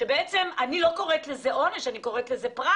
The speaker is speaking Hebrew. אבל אני לא קוראת לזה עונש אלא פרס,